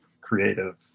creative